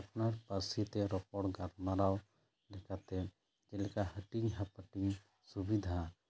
ᱱᱚᱣᱟ ᱯᱟᱹᱨᱥᱤᱛᱮ ᱨᱚᱯᱚᱲ ᱜᱟᱞᱢᱟᱨᱟᱣ ᱞᱮᱠᱟᱛᱮ ᱪᱮᱫ ᱞᱮᱠᱟ ᱦᱟᱹᱴᱤᱧ ᱦᱟᱯᱟᱴᱤᱧ ᱥᱩᱵᱤᱫᱷᱟ